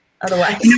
Otherwise